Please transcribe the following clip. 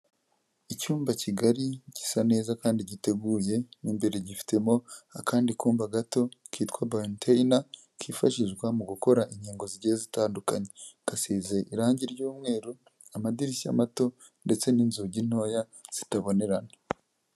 Icyumba kigari gisa neza kandi giteguye mu imbere gifitemo akandi kumba gato kitwa barinteyina kifashishwa mu gukora inkingo zigiye zitandukanye, kasize irangi ry'umweru amadirishya mato ndetse n'inzugi ntoya zitabonerana.